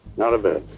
not a bit.